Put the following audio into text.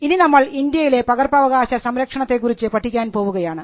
ഇനി നമ്മൾ ഇന്ത്യയിലെ പകർപ്പവകാശ സംരക്ഷണത്തെക്കുറിച്ച് പഠിക്കാൻ പോവുകയാണ്